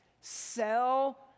sell